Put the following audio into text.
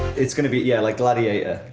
it's gonna be yeah, like gladiator!